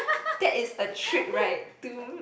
that is a trick right to